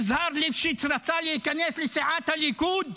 יזהר ליפשיץ רצה להיכנס לסיעת הליכוד,